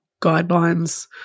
guidelines